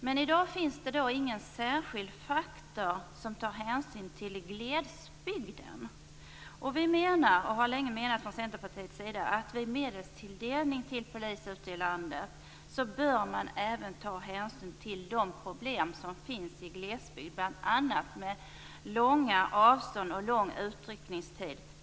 Men i dag finns ingen särskild faktor som tar hänsyn till glesbygden. Vi i Centerpartiet har länge menat att man vid medelstilldelning till polisen ute i landet även bör ta hänsyn till de problem som finns i glesbygd, bl.a. långa avstånd och lång utryckningstid.